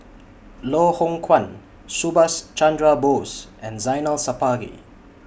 Loh Hoong Kwan Subhas Chandra Bose and Zainal Sapari